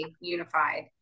Unified